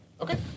okay